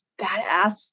badass